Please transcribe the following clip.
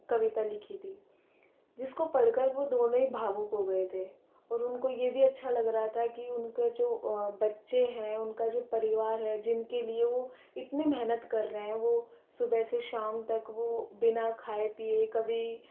कविता लिखी थी जिसको पढ़ कर वो दोनों ही भावुक हो गए थे और उनको ये भी अच्छा लग रहा था कि उनका जो बच्चे हैं उनका जो परीवार है जिनके लिए वो इतनी मेहनत कर रहे हैं वो सुबह से शाम तक वो बिना खाए पिए कभी